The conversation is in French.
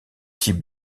type